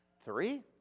Three